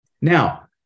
Now